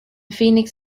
phoenix